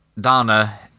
Donna